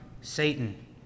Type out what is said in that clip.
Satan